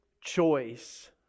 choice